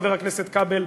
חבר הכנסת כבל,